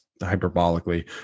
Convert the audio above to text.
hyperbolically